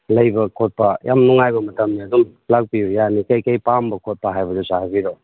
ꯂꯩꯕ ꯈꯣꯠꯄ ꯌꯥꯝ ꯅꯨꯡꯉꯥꯏꯕ ꯃꯇꯝꯅꯦ ꯑꯗꯨꯝ ꯂꯥꯛꯄꯤꯌꯨ ꯌꯥꯅꯤ ꯀꯔꯤ ꯀꯔꯤ ꯄꯥꯝꯕ ꯈꯣꯠꯄ ꯍꯥꯏꯕꯗꯨꯁꯨ ꯍꯥꯏꯕꯤꯔꯛꯑꯣ